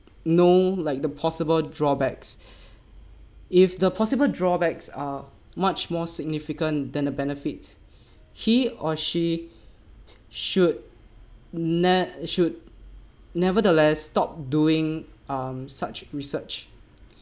know like the possible drawbacks if the possible drawbacks are much more significant than the benefits he or she should n~ should nevertheless stopped doing um such research